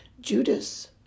Judas